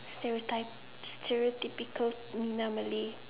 stereotype stereotypical minah Malay